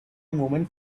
movement